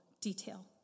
detail